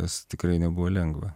tas tikrai nebuvo lengva